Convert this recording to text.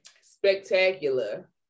spectacular